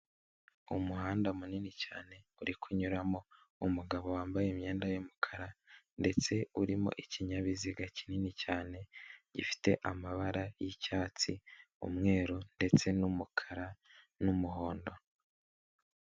Umuhanda munini cyane uri kunyuramo umugabo wambaye imyenda yumukara ndetse urimo ikinyabiziga kinini cyane gifite amabara y'icyatsi, umweru ndetse n'umukara n'umuhondo.